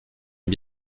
est